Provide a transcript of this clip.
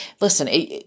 listen